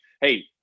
hey